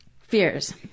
Fears